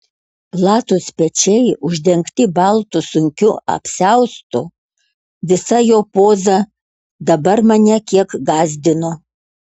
platūs pečiai uždengti baltu sunkiu apsiaustu visa jo poza dabar mane kiek gąsdino